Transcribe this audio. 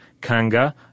kanga